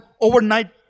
overnight